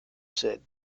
said